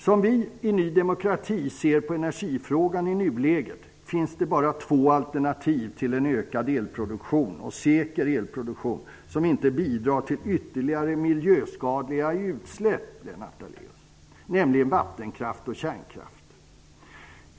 Som vi i Ny demokrati ser på energifrågan i nuläget finns det bara två alternativ för att få en ökad och säker elproduktion som inte bidrar till ytterligare miljöskadliga utsläpp, Lennart Daléus, nämligen vattenkraft och kärnkraft.